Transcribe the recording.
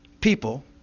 people